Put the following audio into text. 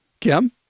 Kim